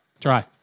Try